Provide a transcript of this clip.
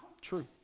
true